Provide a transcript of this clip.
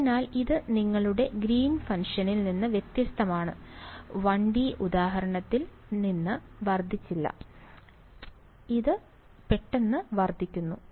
അതിനാൽ ഇത് നിങ്ങളുടെ ഗ്രീൻ ഫംഗ്ഷനിൽ നിന്ന് വ്യത്യസ്തമാണ് 1 D ഉദാഹരണത്തിൽ നിന്ന് വർദ്ധിച്ചില്ല ഇത് പൊട്ടിത്തെറിക്കുന്നു